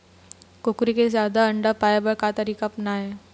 कुकरी से जादा अंडा पाय बर का तरीका अपनाना ये?